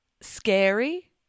scary